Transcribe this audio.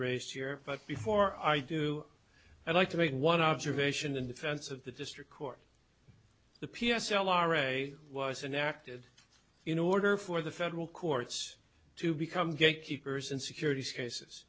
raised here but before i do i'd like to make one observation in defense of the district court the p s l are a was enacted in order for the federal courts to become gatekeepers in securities cases